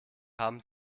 haben